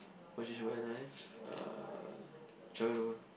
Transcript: what I change about my life uh travel the world